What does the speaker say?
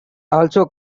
also